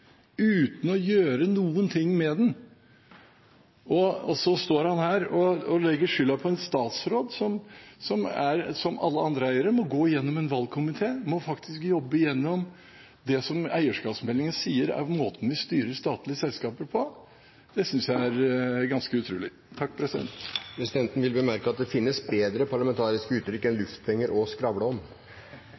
uten å gjøre noen ting med den, og så står han her og legger skylda på en statsråd som, som alle andre eiere, må gå gjennom en valgkomité, må faktisk jobbe gjennom det som eierskapsmeldingen sier er måten man styrer statlige selskaper på – synes jeg det er ganske utrolig. Presidenten vil bemerke at han synes det finnes uttrykk som er mer parlamentariske enn «luftpenger» og